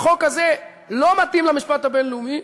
החוק הזה לא מתאים למשפט הבין-לאומי,